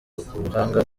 ubuhanga